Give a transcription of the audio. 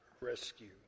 rescue